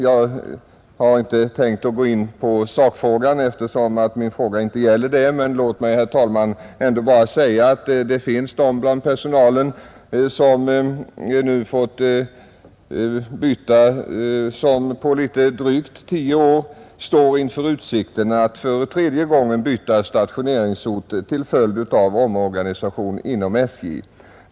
Jag har inte tänkt gå in på sakfrågan, eftersom min fråga inte gäller den, men låt mig, herr talman, ändå säga att det finns de bland personalen som nu på litet drygt tio år står inför utsikten att för tredje gången byta stationeringsort till följd av omorganisation inom SJ.